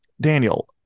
Daniel